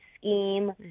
scheme